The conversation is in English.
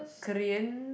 Korean